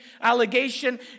allegation